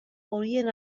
horien